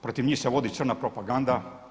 Protiv njih se vodi crna propaganda.